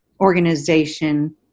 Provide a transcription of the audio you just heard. organization